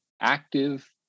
active